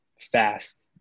Fast